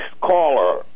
caller